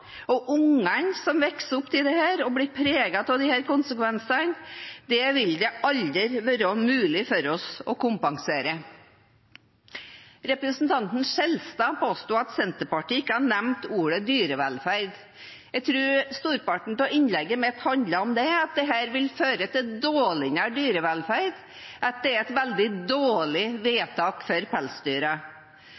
for ungene som vokser opp i dette og blir preget av disse konsekvensene – det vil det aldri være mulig for oss å kompensere. Representanten Skjelstad påsto at Senterpartiet ikke hadde nevnt ordet «dyrevelferd». Jeg tror storparten av innlegget mitt handlet om det, at dette vil føre til dårligere dyrevelferd, at det er et veldig dårlig